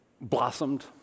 blossomed